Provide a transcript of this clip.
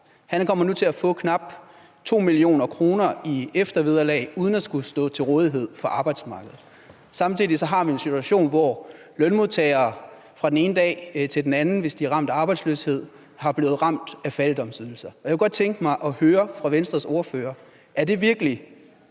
Han kommer nu til at få knap 2 mio. kr. i eftervederlag uden at skulle stå til rådighed for arbejdsmarkedet. Samtidig har vi en situation, hvor lønmodtagere fra den ene dag til den anden, hvis de er ramt af arbejdsløshed, er blevet ramt af fattigdomsydelser. Jeg kunne godt tænke mig at høre Venstres ordfører: Er det virkelig